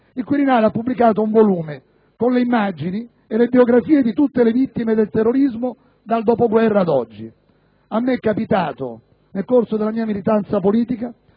il Quirinale ha pubblicato un volume con le immagini e le biografie di tutte le vittime del terrorismo dal dopoguerra ad oggi. A me è capitato, nel corso della mia militanza politica,